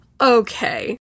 Okay